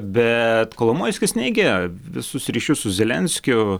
bet kolomojskis neigia visus ryšius su zelenskiu